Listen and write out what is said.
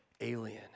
alien